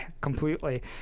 Completely